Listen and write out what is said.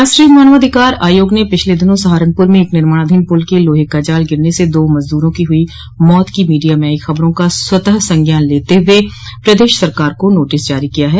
राष्ट्रीय मानवाधिकार आयोग ने पिछले दिनों सहारनपुर में एक निर्माणाधीन पुल के लोहे का जाल गिरने से दो मजदूरों की हुई मौत की मीडिया में आई खबरों का स्वतः संज्ञान लेते हुए प्रदेश सरकार को नोटिस जारी किया है